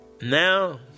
now